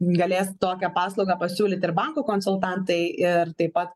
galės tokią paslaugą pasiūlyt ir banko konsultantai ir taip pat